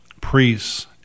priests